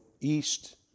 east